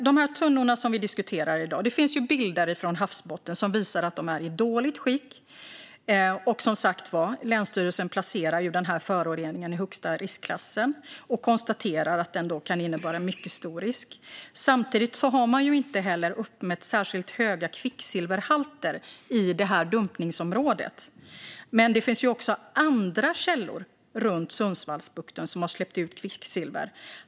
När det gäller de tunnor vi diskuterar i dag finns det bilder från havsbotten som visar att de är i dåligt skick. Länsstyrelsen placerar som sagt den här föroreningen i den högsta riskklassen och konstaterar att den kan innebära mycket stor risk. Samtidigt har man inte uppmätt särskilt höga kvicksilverhalter i dumpningsområdet. Men det finns också andra källor runt Sundsvallsbukten som har släppt ut kvicksilver.